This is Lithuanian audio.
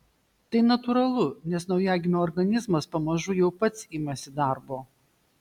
tai natūralu nes naujagimio organizmas pamažu jau pats imasi darbo